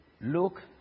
look